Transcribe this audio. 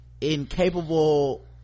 incapable